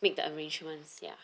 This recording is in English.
make the arrangements ya